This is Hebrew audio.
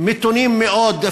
מתונים מאוד,